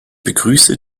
begrüße